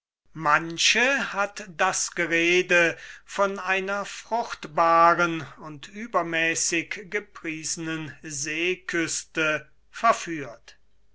manche hat das gerede von einer fruchtbaren und übermäßig gepriesenen seeküste verführt